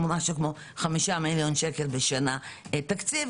5 מיליון שקל בשנה תקציב.